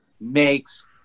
makes